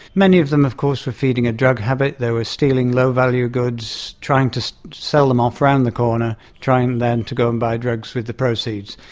many of them of course were feeding a drug habit, they were stealing low value goods, trying to sell them off around the corner, trying then to go and buy drugs with the proceeds.